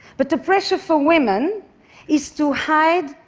but the pressure for women is to hide,